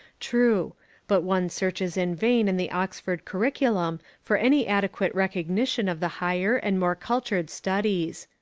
true but one searches in vain in the oxford curriculum for any adequate recognition of the higher and more cultured studies.